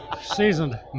Seasoned